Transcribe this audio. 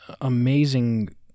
amazing